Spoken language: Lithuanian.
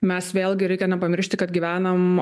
mes vėlgi reikia nepamiršti kad gyvenam